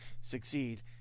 succeed